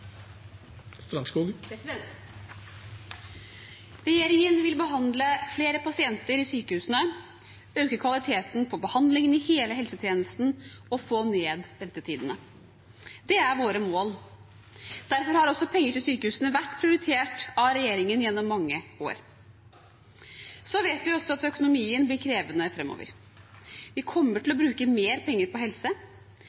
Regjeringen vil behandle flere pasienter i sykehusene, øke kvaliteten på behandlingen i hele helsetjenesten og få ned ventetidene. Det er våre mål. Derfor har også penger til sykehusene vært prioritert av regjeringen gjennom mange år. Så vet vi også at økonomien blir krevende framover. Vi kommer til